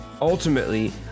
ultimately